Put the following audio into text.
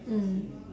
mm